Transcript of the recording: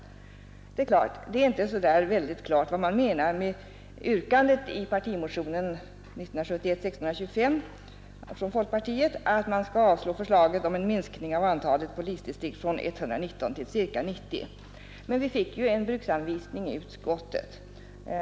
Det är visserligen inte alldeles klart vad man menar med yrkandet i partimotionen 1971:1625 från folkpartiet om att man skall avslå förslaget om en minskning av antalet polisdistrikt från 119 till ca 90. Men vi fick en bruksanvisning i utskottet.